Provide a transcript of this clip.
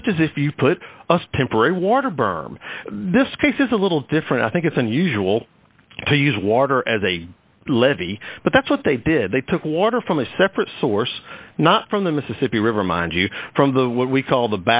just as if you put us temporary water berm this case is a little different i think it's unusual to use water as a levee but that's what they did they took water from a separate source not from the mississippi river mind you from the what we call the